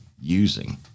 using